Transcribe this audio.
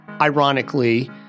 Ironically